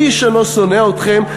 איש אינו שונא אתכם,